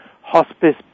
hospice